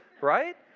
right